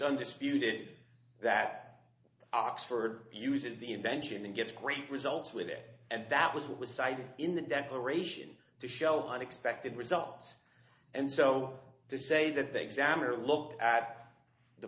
undisputed that oxford uses the invention and gets great results with it and that was what was cited in the declaration to show unexpected results and so to say that they examine or look at the